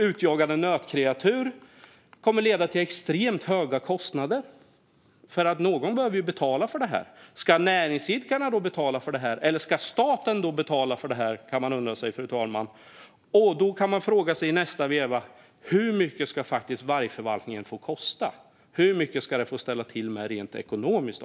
Utjagade nötkreatur kommer att leda till extremt höga kostnader, för någon behöver ju betala för det här. Man kan undra om näringsidkarna eller staten ska betala för detta, fru talman. Och i nästa veva kan man fråga sig: Hur mycket ska vargförvaltningen få kosta? Hur mycket ska detta få ställa till med rent ekonomiskt?